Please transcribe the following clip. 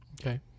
Okay